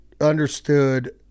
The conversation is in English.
understood